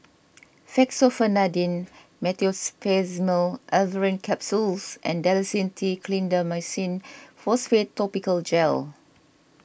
Fexofenadine Meteospasmyl Alverine Capsules and Dalacin T Clindamycin Phosphate Topical Gel